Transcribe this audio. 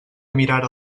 mirara